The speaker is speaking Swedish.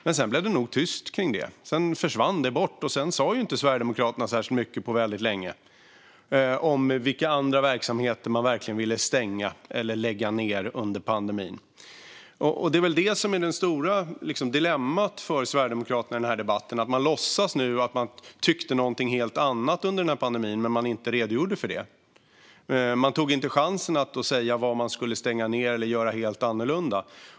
Men sedan blev det tyst kring det. Det försvann bort, och så sa inte Sverigedemokraterna särskilt mycket på väldigt länge om vilka andra verksamheter som man verkligen ville stänga eller lägga ned under pandemin. Det är väl detta som är det stora dilemmat för Sverigedemokraterna i den här debatten. Man låtsas nu att man tyckte någonting helt annat under pandemin men att man inte redogjorde för det. Man tog inte chansen att säga vad som borde stängas ned eller vad som borde göras helt annorlunda.